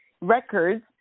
records